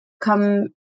come